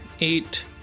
eight